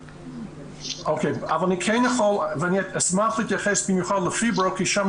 אני אשמח להתייחס במיוחד לפיברו כי שם